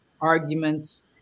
arguments